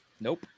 Nope